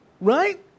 Right